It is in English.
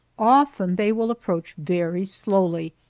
often they will approach very slowly,